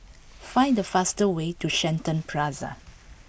find the fastest way to Shenton Plaza